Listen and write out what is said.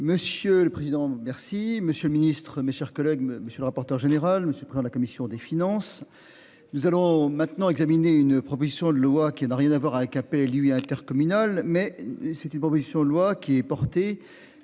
Monsieur le président. Merci Monsieur le Ministre, mes chers collègues, monsieur le rapporteur général monsieur à la commission des finances. Nous allons maintenant examiner une proposition de loi qui n'a rien à voir avec AP lui intercommunal. Mais c'est une proposition de loi qui est portée